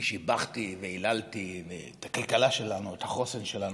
שיבחתי והיללתי את הכלכלה שלנו, את החוסן שלנו,